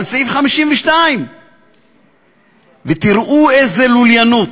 על סעיף 52. ותראו איזו לוליינות.